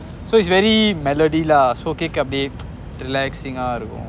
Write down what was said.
so it's very melody lah so கேக்க அப்டியே:keka apdiye relaxing ah இருக்கும்:irukum